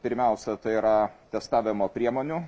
pirmiausia tai yra testavimo priemonių